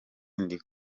ndi